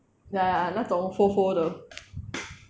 ya ya ya 那种 hold hold 的